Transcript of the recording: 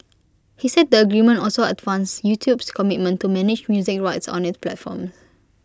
he said the agreement also advanced YouTube's commitment to manage music rights on its platform